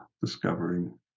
discovering